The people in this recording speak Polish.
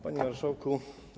Panie Marszałku!